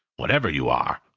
whatever you are!